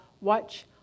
watch